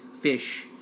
fish